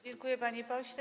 Dziękuję, panie pośle.